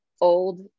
old